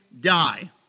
die